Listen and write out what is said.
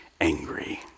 angry